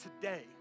today